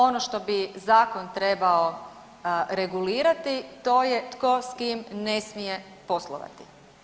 Ono što bi zakon trebao regulirati to je tko s kim ne smije poslovati.